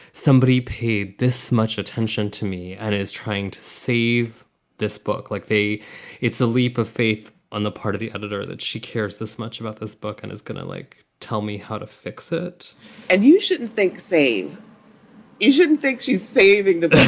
somebody paid this much attention to me and is trying to save this book. like they it's a leap of faith on the part of the editor that she cares this much about this book and is going to like, tell me how to fix it and you shouldn't think save it. shouldn't think she's saving the but